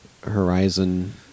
Horizon